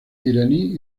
iraní